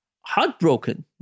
heartbroken